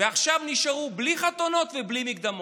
ועכשיו נשארו בלי חתונות ובלי מקדמות.